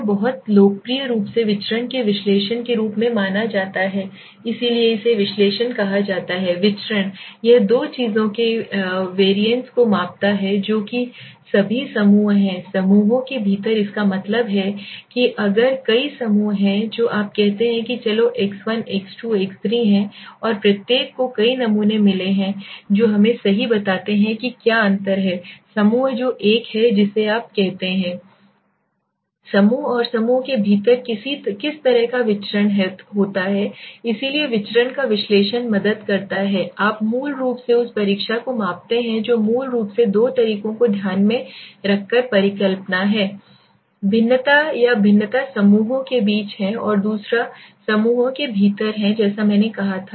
यह बहुत लोकप्रिय रूप से विचरण के विश्लेषण के रूप में जाना जाता है इसलिए इसे विश्लेषण कहा जाता है विचरण यह दो चीजों के वैरिएंट्स को मापता है जो कि सभी समूह हैं समूहों के भीतर इसका मतलब है कि अगर कई समूह हैं जो आप कहते हैं कि चलो एक्स 1 एक्स 2 एक्स 3 हैं और प्रत्येक को कई नमूने मिले थे जो हमें सही बताते हैं कि क्या अंतर है समूह जो एक है जिसे आप कहते हैं समूह और समूह के भीतर किस तरह का विचरण होता है इसलिए विचरण का विश्लेषण मदद करता है आप मूल रूप से उस परीक्षा को मापते हैं जो मूल रूप से दो तरीकों को ध्यान में रखकर परिकल्पना है भिन्नता या भिन्नता समूहों के बीच है और दूसरा समूहों के भीतर है जैसा मैंने कहा था